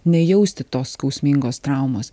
nejausti tos skausmingos traumos